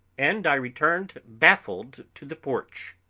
and i returned baffled to the porch.